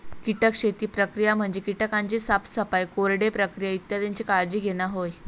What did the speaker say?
कीटक शेती प्रक्रिया म्हणजे कीटकांची साफसफाई, कोरडे प्रक्रिया इत्यादीची काळजी घेणा होय